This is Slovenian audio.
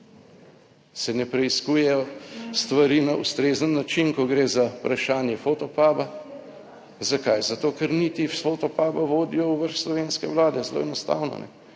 Se ne preiskujejo stvari na ustrezen način, ko gre za vprašanje Fotopuba. Zakaj? Zato, ker niti Fotopuba vodijo v vrh slovenske vlade, zelo enostavno